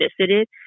visited